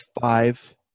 five